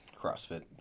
CrossFit